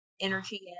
energy